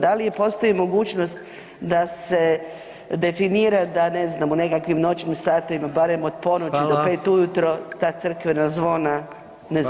Da li postoji mogućnost da se definira da ne znam u nekakvim noćnim satima barem od ponoći do 5 ujutro [[Upadica: Hvala.]] ta crkvena zvona ne zvone.